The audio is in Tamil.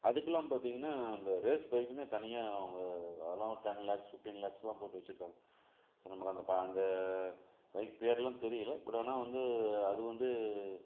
அதுக்கெலாம் பார்த்திங்கன்னா அந்த ரேஸ் பைக்குன்னே தனியாக அவங்க அதெல்லாம் ஒரு டென் லேக்ஸ் ஃபிஃப்டின் லேக்ஸ்லாம் போட்டு வச்சிருக்காங்கள் ஸோ நமக்கு அந்த ப அந்த பைக் பேர்லாம் தெரியல பட் ஆனால் வந்து அது வந்து